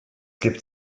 gibt